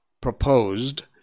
proposed